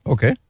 Okay